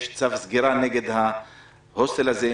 יש צו סגירה להוסטל הזה.